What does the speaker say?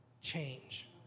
change